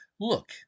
look